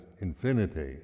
infinity